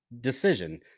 decision